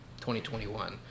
2021